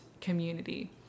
community